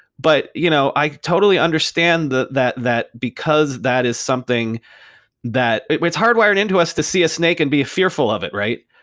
but you know i totally understand that that because that is something that it's hardwired into us to see a snake and be fearful of it, right?